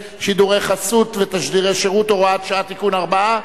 (שידורי חסות ותשדירי שירות) (הוראת שעה) (תיקון מס' 4),